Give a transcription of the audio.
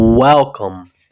Welcome